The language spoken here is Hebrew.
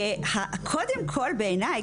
קודם כל בעניי,